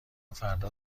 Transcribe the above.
فردا